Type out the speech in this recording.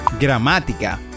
gramática